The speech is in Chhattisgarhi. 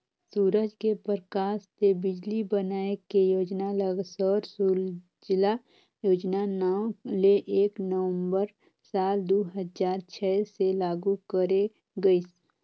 सूरज के परकास ले बिजली बनाए के योजना ल सौर सूजला योजना नांव ले एक नवंबर साल दू हजार छै से लागू करे गईस